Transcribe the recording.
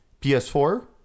PS4